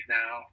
now